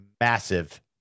massive